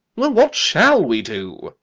well, what shall we do?